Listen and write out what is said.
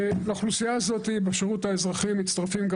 לאוכלוסייה הזאת בשירות האזרחי מצטרפים גם